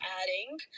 adding